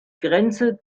grenze